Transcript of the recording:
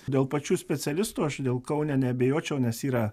dėl pačių specialistų aš dėl kaune neabejočiau nes yra